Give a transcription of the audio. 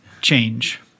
Change